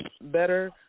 better